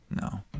No